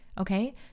Okay